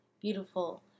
Beautiful